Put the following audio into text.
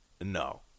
No